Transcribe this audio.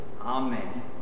Amen